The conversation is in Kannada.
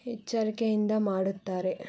ಎಚ್ಚರಿಕೆಯಿಂದ ಮಾಡುತ್ತಾರೆ